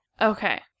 Okay